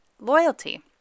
loyalty